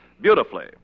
beautifully